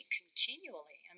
continually